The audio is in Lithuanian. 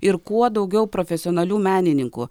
ir kuo daugiau profesionalių menininkų